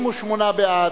38 בעד,